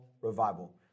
revival